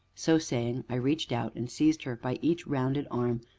so saying, i reached out, and seized her by each rounded arm,